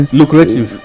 lucrative